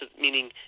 meaning